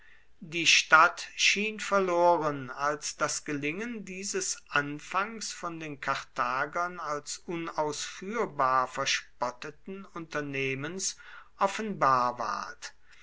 die stadt schien verloren als das gelingen dieses anfangs von den karthagern als unausführbar verspotteten unternehmens offenbar ward